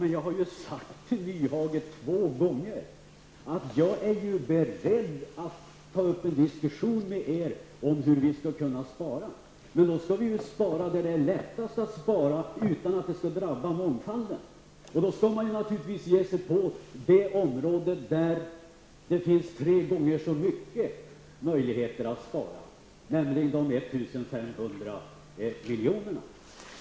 Men jag har sagt till Nyhage två gånger att jag är beredd att ta upp en diskussion med er om hur vi skall kunna spara. Men då skall vi spara där det är lättast att spara utan att det drabbar mångfalden. Då skall man naturligtvis ge sig på det område där det finns tre gånger så stora möjligheter att spara, nämligen de 1 500 miljonerna som jag talade om förut.